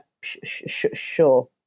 sure